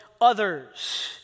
others